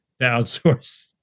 outsource